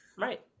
right